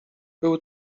był